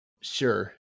Sure